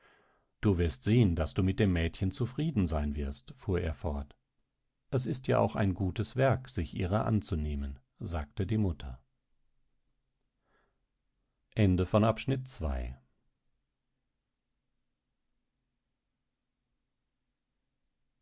du wirst sehen daß du mit dem mädchen zufrieden sein wirst fuhr er fort es ist ja auch ein gutes werk sich ihrer anzunehmen sagte die mutter